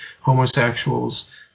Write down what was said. homosexuals